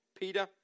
Peter